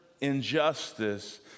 injustice